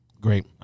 Great